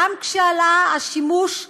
גם כשעלה השימוש,